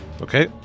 Okay